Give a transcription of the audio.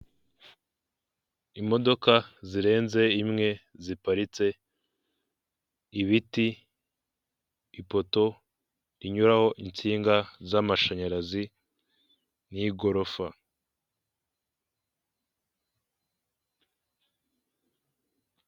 Imodoka zirenze imwe ziparitse, ibiti, ipoto rinyuraho insinga z'amashanyarazi n'igorofa.